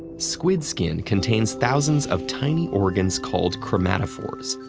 squid skin contains thousands of tiny organs called chromatophores,